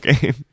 game